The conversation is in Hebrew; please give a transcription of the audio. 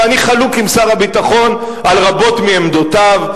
ואני חלוק עם שר הביטחון על רבות מעמדותיו,